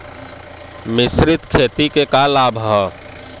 मिश्रित खेती क का लाभ ह?